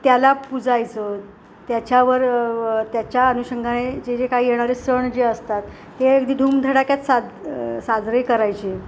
त्याला पूजायचं त्याच्यावर त्याच्या अनुषंगाने जे जे काही येणारे सण जे असतात ते अगदी धूमधडाक्यात साद साजरे करायचे